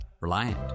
Reliant